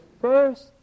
first